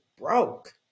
broke